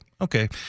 okay